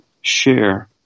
share